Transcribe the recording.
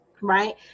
right